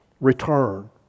return